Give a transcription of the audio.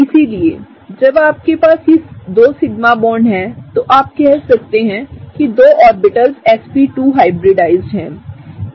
इसलिए जब आपके पास ये 2 सिग्मा बॉन्ड हैं तो आप कह सकते हैं कि 2 ऑर्बिटल्सsp2हाइब्रिडाइज्ड हैं